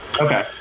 Okay